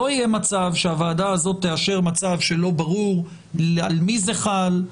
לא יהיה מצב שהוועדה הזאת תאשר מצב שלא ברור על מי זה חל,